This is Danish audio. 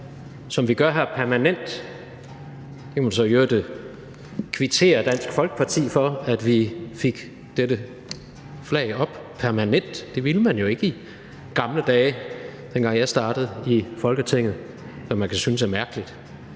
14:43 (Ordfører) Jens Rohde (RV): Man kan kvittere Dansk Folkeparti for, at vi fik Dannebrog op permanent. Det ville man jo ikke i gamle dage, dengang jeg startede i Folketinget, hvilket man kan synes er lidt mærkeligt.